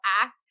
act